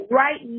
right